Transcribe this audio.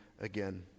again